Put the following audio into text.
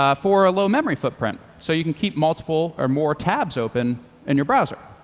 um for a low memory footprint. so you can keep multiple or more tabs open in your browser.